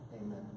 Amen